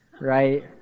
right